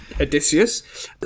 Odysseus